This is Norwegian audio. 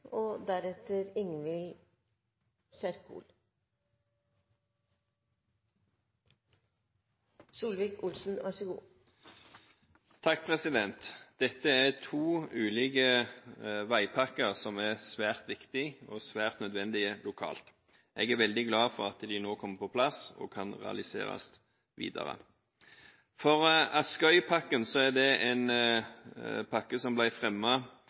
to ulike veipakker som er svært viktige og svært nødvendige lokalt. Jeg er veldig glad for at de nå kommer på plass og kan realiseres videre. Når det gjelder Askøypakken, er det en pakke som